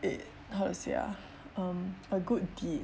it how to say um a good deed